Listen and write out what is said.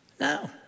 No